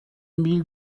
mille